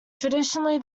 traditionally